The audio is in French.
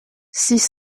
six